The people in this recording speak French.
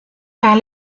par